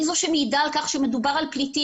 היא זו שמעידה על כך שמדובר על פליטים.